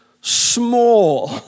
small